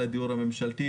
למינהל הדיור הממשלתי,